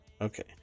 okay